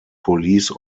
police